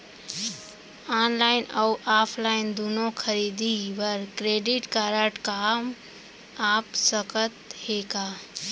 Online अऊ offline दूनो खरीदी बर क्रेडिट कारड काम आप सकत हे का?